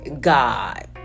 God